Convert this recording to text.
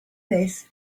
this